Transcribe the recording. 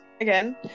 again